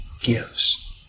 gives